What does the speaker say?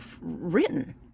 written